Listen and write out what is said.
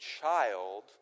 child